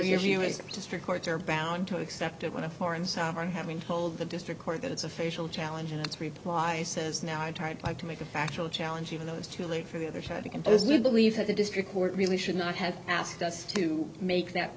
your view is just records are bound to accept it when a foreign sovereign having told the district court that it's a facial challenge and it's reply says now i tried to make a factual challenge even though it's too late for the other side to compose believe that the district court really should not have asked us to make that